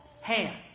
hand